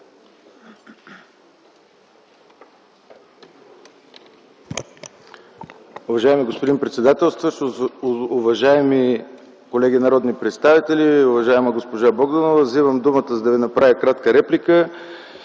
Уважаеми господин председателстващ, уважаеми колеги народни представители, уважаема госпожа Богданова! Вземам думата, за да Ви направя кратка реплика